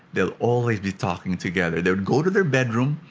they'll always be talking together. they would go to their bedroom,